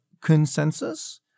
consensus